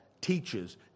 teaches